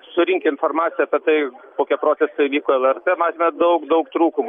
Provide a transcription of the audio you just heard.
surinkę informaciją apie tai kokie procesai vyko lrt matėme daug daug trūkumų